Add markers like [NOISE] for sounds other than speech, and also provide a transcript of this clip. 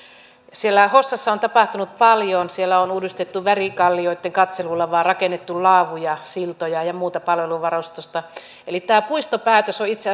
siellä hossassa on tapahtunut paljon siellä on uudistettu värikallioitten katselulavaa rakennettu laavuja siltoja ja muuta palveluvarustusta eli tämä puistopäätös on itse [UNINTELLIGIBLE]